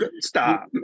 stop